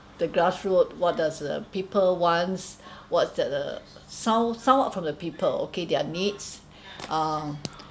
the grassroot what does the people want what does the sound sound out from the people okay their needs uh